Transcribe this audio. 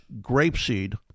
grapeseed